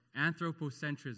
anthropocentrism